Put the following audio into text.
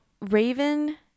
Raven